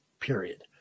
period